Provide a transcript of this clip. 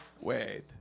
Wait